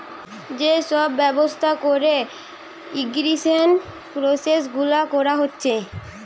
যে সব ব্যবস্থা কোরে ইরিগেশন প্রসেস গুলা কোরা হচ্ছে